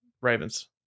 Ravens